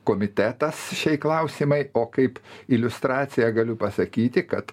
komitetas šiai klausimai o kaip iliustraciją galiu pasakyti kad